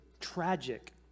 tragic